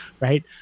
Right